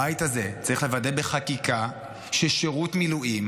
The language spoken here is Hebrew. הבית הזה צריך לוודא בחקיקה ששירות מילואים